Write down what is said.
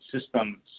system